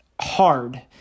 hard